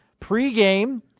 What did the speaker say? pregame